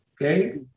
okay